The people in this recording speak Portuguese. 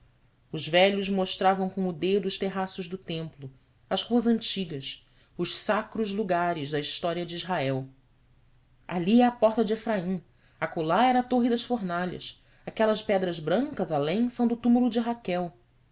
os velhos mostravam com o dedo os terraços do templo as ruas antigas os sacros lugares da história de israel ali é a porta de efraim acolá era a torre das fornalhas aquelas pedras brancas além são do túmulo de raquel